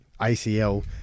ACL